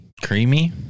Creamy